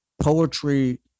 poetry